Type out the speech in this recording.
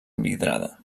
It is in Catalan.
vidrada